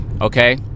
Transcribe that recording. Okay